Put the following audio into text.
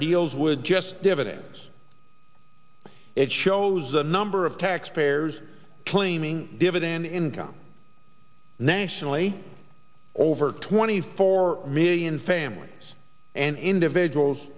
deals with just dividends it shows the number of taxpayers claiming dividend income nationally over twenty four million families and individuals